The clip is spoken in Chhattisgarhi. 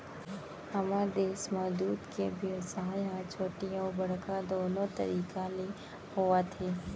हमर देस म दूद के बेवसाय ह छोटे अउ बड़का दुनो तरीका ले होवत हे